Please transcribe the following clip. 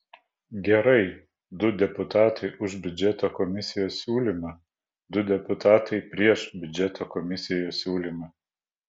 gerai du deputatai už biudžeto komisijos siūlymą du deputatai prieš biudžeto komisijos siūlymą